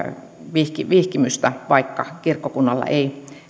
vihkimystä vaikka kirkkokunnalla ei